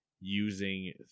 using